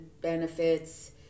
benefits